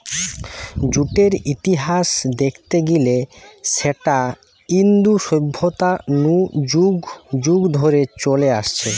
জুটের ইতিহাস দেখতে গিলে সেটা ইন্দু সভ্যতা নু যুগ যুগ ধরে চলে আসছে